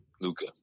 Luca